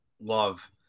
love